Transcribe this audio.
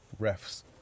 refs